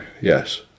yes